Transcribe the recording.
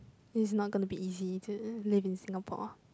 it's not gonna be easy to live in Singapore